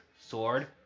sword